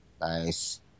Nice